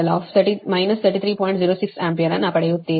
06 ampere ಅನ್ನು ಪಡೆಯುತ್ತೀರಿ